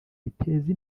biteze